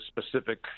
specific